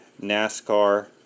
NASCAR